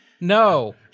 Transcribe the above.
No